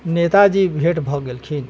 नेताजी भेँट भऽ गेलखिन